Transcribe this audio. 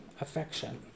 affection